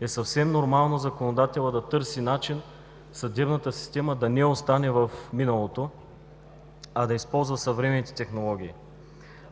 е съвсем нормално законодателят да търси начин съдебната система да не остане в миналото, а да използва съвременните технологии